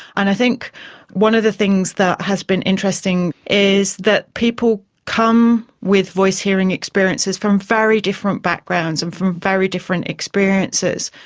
and i think one of the things that has been interesting is that people come with voice-hearing experiences from very different backgrounds and from very different experiences,